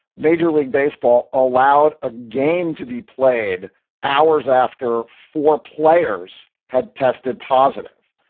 major league baseball allowed a game to be played hours after four players had tested positive.